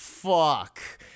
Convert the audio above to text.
Fuck